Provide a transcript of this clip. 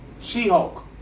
She-Hulk